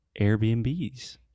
Airbnbs